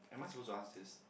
am I supposed to ask this